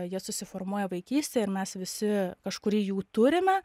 jie susiformuoja vaikystėj ir mes visi kažkurį jų turime